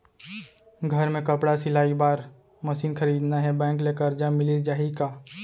घर मे कपड़ा सिलाई बार मशीन खरीदना हे बैंक ले करजा मिलिस जाही का?